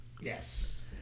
Yes